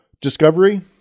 Discovery